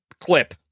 clip